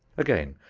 again,